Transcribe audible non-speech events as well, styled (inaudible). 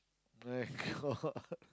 my-God (laughs)